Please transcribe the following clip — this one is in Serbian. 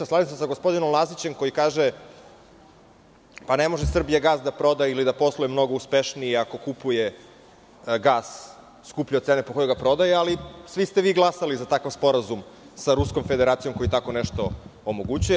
Slažem se sa gospodinom Lazićem koji kaže da ne može "Srbijagas" da proda ili da posluje mnogo uspešnije ako kupuje gas skuplje od cene po kojoj ga prodaje, ali svi ste vi glasali za takav sporazum sa Ruskom Federacijom, koji tako nešto omogućuje.